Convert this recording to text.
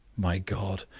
my god,